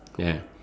ya